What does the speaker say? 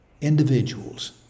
individuals